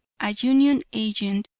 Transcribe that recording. a union agent,